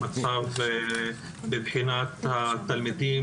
המצב מבחינת התלמידים,